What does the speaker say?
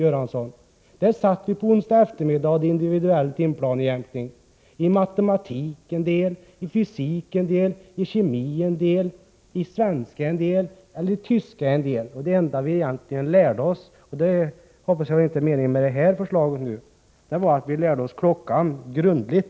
Vi kunde under en onsdagseftermiddag drabbas av individuell timplanejämkning till en del i matematik, i fysik, i kemi, i svenska eller i tyska. Det enda som detta egentligen ledde till — jag hoppas att det inte är det som är meningen med det nu aktuella förslaget — var att vi lärde oss klockan grundligt.